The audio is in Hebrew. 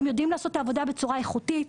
יודעים לעשות את העבודה בצורה איכותית,